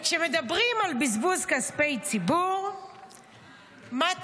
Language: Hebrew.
כשמדברים על בזבוז כספי ציבור מטי,